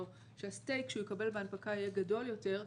שהסטייק שהוא יקבל בהנפקה יהיה גדול יותר,